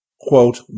Quote